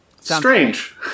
Strange